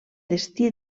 destí